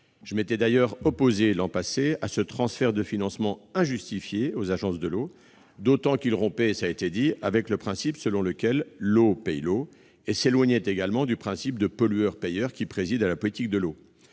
Je m'étais opposé l'an passé à ce transfert de financement injustifié aux agences de l'eau, d'autant qu'il rompait, cela a été dit, avec le principe selon lequel l'eau paie l'eau et qu'il s'éloignait également du principe du pollueur-payeur qui préside à la politique de l'eau.